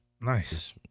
Nice